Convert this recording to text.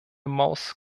maus